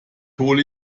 hol